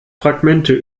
fragmente